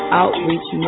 outreach